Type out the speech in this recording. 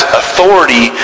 authority